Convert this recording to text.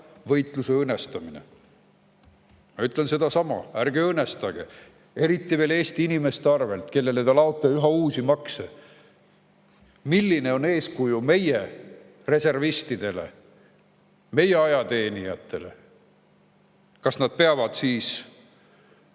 võitluse õõnestamine. Mina ütlen sedasama: ärge õõnestage, eriti veel Eesti inimeste arvelt, kellele ta laote üha uusi makse. Milline on eeskuju meie reservistidele, meie ajateenijatele? Kas nad peavad [kutse